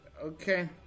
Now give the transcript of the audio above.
Okay